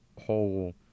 whole